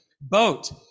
boat